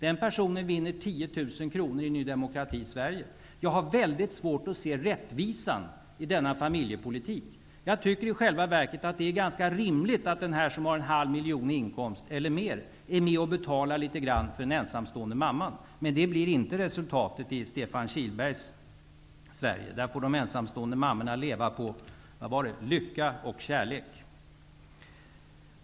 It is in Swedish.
Den personen vinner 10 000 Jag har väldigt svårt att se rättvisan i denna fa miljepolitik. Jag tycker i själva verket att det är ganska rimligt att den som har en halv miljon i in komst eller mer skall vara med och betala litet för den ensamstående mamman. Men det blir inte re sultatet i Stefan Kihlbergs Sverige. Där får de en samstående mammorna leva på -- vad var det nu? -- lycka och kärlek.